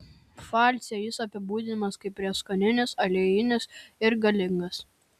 pfalce jis apibūdinamas kaip prieskoninis aliejinis ir galingas